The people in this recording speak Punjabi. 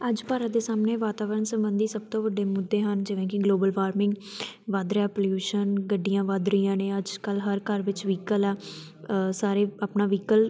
ਅੱਜ ਭਾਰਤ ਦੇ ਸਾਹਮਣੇ ਵਾਤਾਵਰਨ ਸਬੰਧੀ ਸਭ ਤੋਂ ਵੱਡੇ ਮੁੱਦੇ ਹਨ ਜਿਵੇਂ ਕਿ ਗਲੋਬਲ ਵਾਰਮਿੰਗ ਵੱਧ ਰਿਹਾ ਪੋਲਿਊਸ਼ਨ ਗੱਡੀਆਂ ਵੱਧ ਰਹੀਆਂ ਨੇ ਅੱਜ ਕੱਲ੍ਹ ਹਰ ਘਰ ਵਿੱਚ ਵਹੀਕਲ ਆ ਸਾਰੇ ਆਪਣਾ ਵਹੀਕਲ